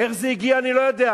איך זה הגיע, אני לא יודע.